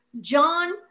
John